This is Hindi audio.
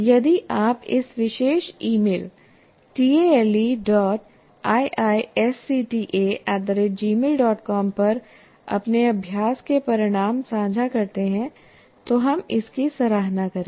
यदि आप इस विशेष ईमेल taleiisctagmailcom पर अपने अभ्यास के परिणाम साझा करते हैं तो हम इसकी सराहना करेंगे